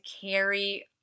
carry